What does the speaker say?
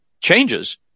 changes